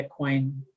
Bitcoin